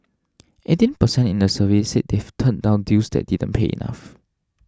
eighteen percent in the survey said they've turned down deals that didn't pay enough